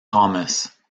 thomas